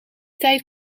tijd